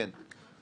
בבקשה.